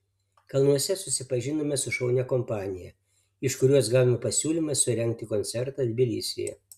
kalnuose susipažinome su šaunia kompanija iš kurios gavome pasiūlymą surengti koncertą tbilisyje